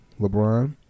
LeBron